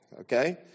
okay